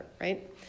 right